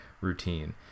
routine